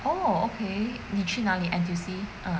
oh okay 你去哪里 N_T_U_C ah